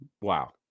wow